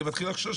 אני מתחיל לחשוש,